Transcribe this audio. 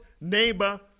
neighbor